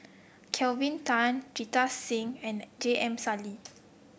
Kelvin Tan Jita Singh and J M Sali